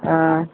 ஆ